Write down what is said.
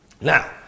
Now